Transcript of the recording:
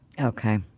Okay